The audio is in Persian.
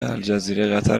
الجزیره، قطر